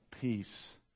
Peace